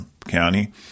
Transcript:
county